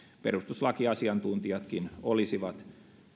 perustuslakiasiantuntijatkin olisivat